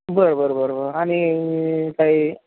बरं बरं बरं बरं आणि काही